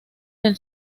del